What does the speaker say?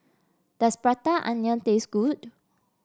does Prata Onion taste good